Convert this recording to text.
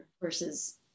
versus